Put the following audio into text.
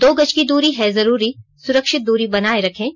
दो गज की दूरी है जरूरी सुरक्षित दूरी बनाए रखें